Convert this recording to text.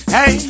Hey